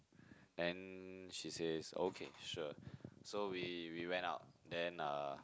then she says okay sure so we we went out then uh